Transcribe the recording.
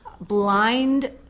blind